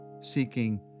seeking